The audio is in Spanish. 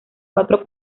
cuatro